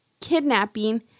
kidnapping